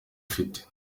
afite